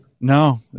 No